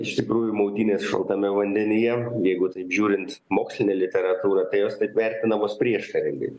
iš tikrųjų maudynės šaltame vandenyje jeigu taip žiūrint mokslinę literatūrą tai jos vertinamos prieštaringai